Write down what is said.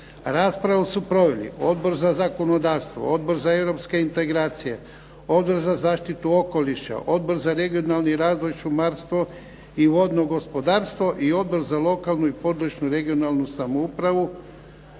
Raspravu su proveli Odbor za zakonodavstvo, Odbor za europske integracije, Odbor za zaštitu okoliša, Odbor za regionalni razvoj, šumarstvo i vodno gospodarstvo i Odbor za lokalnu i područnu (regionalnu) samoupravu.